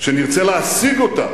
שנרצה להשיג אותה